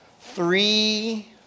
three